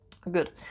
Good